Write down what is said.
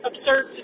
absurd